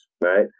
right